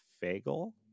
Fagel